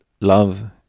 love